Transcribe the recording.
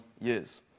Years